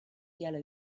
yellow